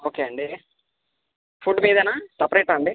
okay అండి food మీదేనా సపరేటా అండి